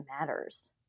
matters